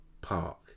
park